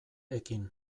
ekin